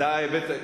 אתה הבאת,